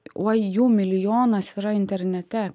oi jų milijonas yra internete